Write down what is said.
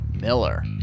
Miller